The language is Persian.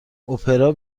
اپرا